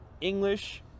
English